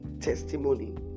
testimony